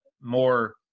more